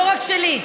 לא רק שלי,